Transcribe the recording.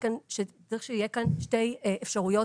צריך שיהיו כאן שתי אפשרויות